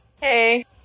Hey